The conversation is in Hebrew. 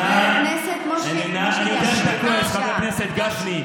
חבר הכנסת משה גפני.